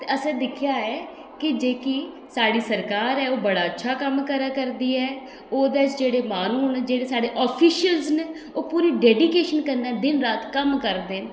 ते असें दिक्खेआ ऐ कि जेह्की साढ़ी सरकार ऐ ओह् बड़ा अच्छा कम्म करा करदी ऐ ओह्दे च जेह्ड़े माह्नू न जेह्ड़े साढ़े आफीशियल्स न ओह् पूरी डैडीकेशन कन्नै दिन रात कम्म करदे न